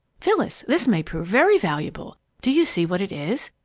phyllis, this may prove very valuable! do you see what it is?